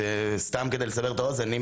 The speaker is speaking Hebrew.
סתם כדי לסבר את האוזן,